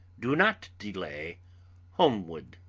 do not delay holmwood.